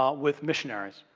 um with missionaries.